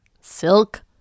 Silk